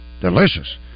delicious